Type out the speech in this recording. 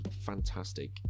fantastic